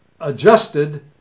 adjusted